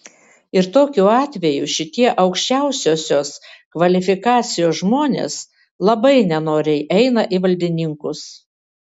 ir tokiu atveju šitie aukščiausiosios kvalifikacijos žmonės labai nenoriai eina į valdininkus